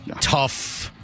tough